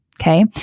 Okay